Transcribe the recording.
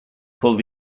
pulled